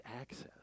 access